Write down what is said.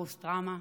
פוסט טראומה.